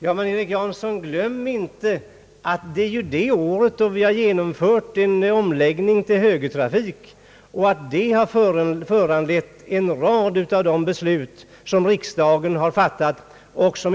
Glöm inte, herr Jansson, att 1967 är det år då vi genomfört en omläggning till högertrafik och att detta har föranlett en rad av de beslut som riksdagen har fattat.